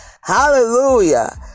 Hallelujah